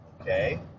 Okay